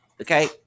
okay